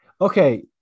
Okay